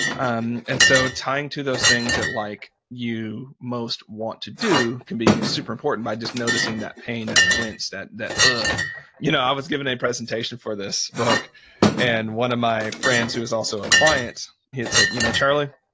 um and so, tying to those things that like you most want to do can be super important by just noticing that pain, that wince, that ugh ah you know i was giving a presentation for this book and one of my friends who is also a client, he had said, you know charlie,